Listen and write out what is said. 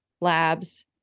labs